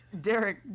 Derek